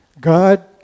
God